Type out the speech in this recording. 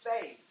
faith